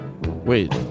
Wait